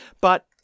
But-